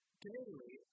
daily